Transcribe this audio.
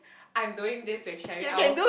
I'm doing this with Sherry I'll